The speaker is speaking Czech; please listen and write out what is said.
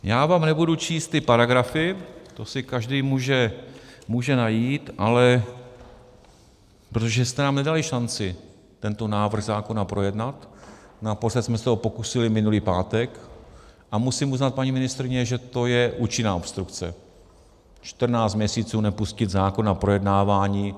Já vám nebudu číst ty paragrafy, to si každý může najít, ale protože jste nám nedali šanci tento návrh zákona projednat, naposled jsme se o to pokusili minulý pátek, a musím uznat, paní ministryně, že to je účinná obstrukce 14 měsíců nepustit zákon na projednávání.